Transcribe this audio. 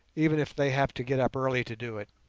even if they have to get up early to do it.